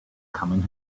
coming